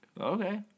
Okay